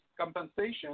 compensation